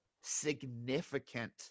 significant